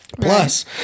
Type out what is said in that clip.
Plus